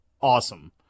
awesome